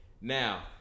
now